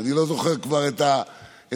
אני לא זוכר כבר את הדברים.